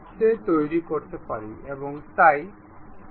এবং এটি ক্লকওয়াইজ বিপরীত দিকে এবং দিকটিও সূক্ষ্ম ক্লিকগুলি